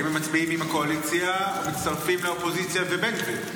האם הם מצביעים עם הקואליציה או מצטרפים לאופוזיציה ובן גביר?